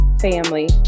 family